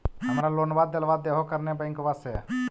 हमरा लोनवा देलवा देहो करने बैंकवा से?